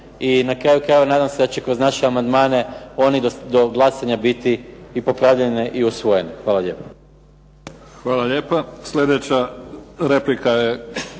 i na kraju krajeva nadam se da će kroz naše amandmane oni do glasanja biti i popravljeni i usvojeni. Hvala lijepo.